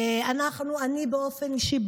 אני באופן אישי,